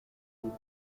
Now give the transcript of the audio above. smith